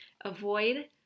avoid